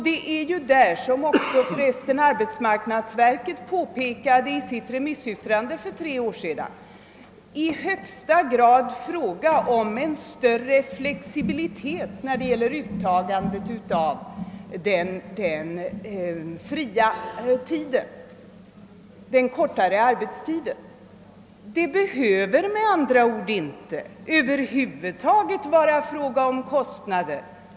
Det är, vilket förresten arbetsmarknadsverket påpekade i sitt remissyttrande för tre år sedan, i högsta grad fråga om en större flexibilitet när det gäller utnyttjandet av fritiden. Det behöver med andra ord över huvud taget inte vara fråga om kostnader.